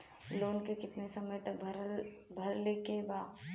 Loan के कितना समय तक मे भरे के बा?